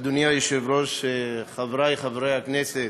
אדוני היושב-ראש, חברי חברי הכנסת,